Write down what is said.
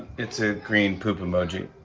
it's a green poop emoji.